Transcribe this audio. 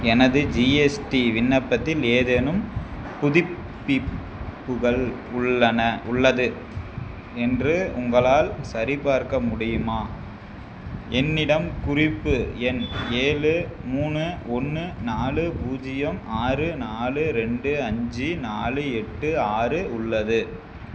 எனது ஜிஎஸ்டி விண்ணப்பத்தில் ஏதேனும் புதுப்பிப்புகள் உள்ளன உள்ளது என்று உங்களால் சரிபார்க்க முடியுமா என்னிடம் குறிப்பு எண் ஏழு மூணு ஒன்று நாலு பூஜ்ஜியம் ஆறு நாலு ரெண்டு அஞ்சு நாலு எட்டு ஆறு உள்ளது